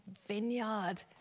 vineyard